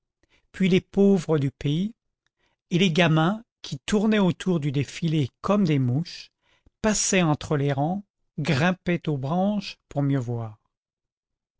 puis les pauvres du pays et les gamins qui tournaient autour du défilé comme des mouches passaient entre les rangs grimpaient aux branches pour mieux voir